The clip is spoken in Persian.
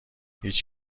هیچ